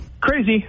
Crazy